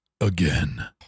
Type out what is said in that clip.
again